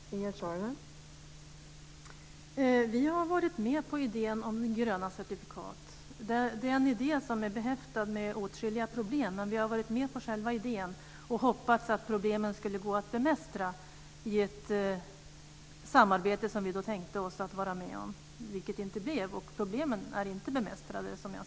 Fru talman! Vi har varit med på idén om gröna certifikat. Denna idé är behäftad med åtskilliga problem, men vi har varit med på själva idén och hoppas att problemen skulle gå att bemästra i ett samarbete som vi då tänkte vara med i. Det blev inte något sådant samarbete, och problemen är som jag ser det inte bemästrade.